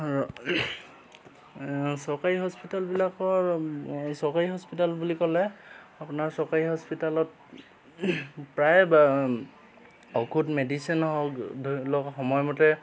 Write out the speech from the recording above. চৰকাৰী হস্পিটেলবিলাকৰ চৰকাৰী হস্পিটেল বুলি ক'লে আপোনাৰ চৰকাৰী হস্পিতেলত প্ৰায় বা ঔষধ মেডিচিন হওক ধৰি লওক সময়মতে